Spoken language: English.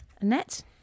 Annette